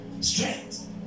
strength